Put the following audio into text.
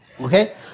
Okay